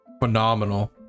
phenomenal